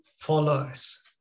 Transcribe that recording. followers